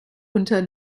unter